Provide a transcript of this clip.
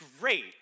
great